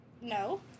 No